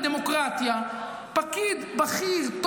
בדמוקרטיה פקיד בכיר,